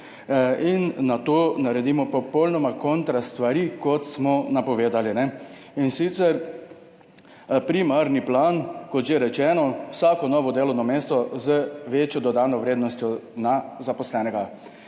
in nato naredimo popolnoma kontra stvari, kot smo napovedali. Primarni plan, kot že rečeno, vsako novo delovno mesto z večjo dodano vrednostjo na zaposlenega.